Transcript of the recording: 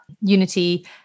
Unity